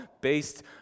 based